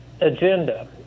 agenda